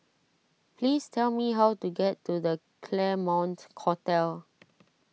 please tell me how to get to the Claremont Hotel